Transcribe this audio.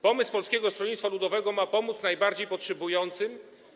Pomysł Polskiego Stronnictwa Ludowego ma pomóc najbardziej potrzebującym.